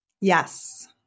Yes